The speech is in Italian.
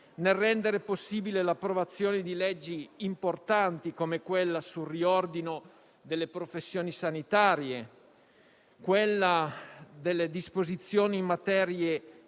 nel rendere possibile l'approvazione di leggi importanti come quella sul riordino delle professioni sanitarie, quella contenente disposizioni in materia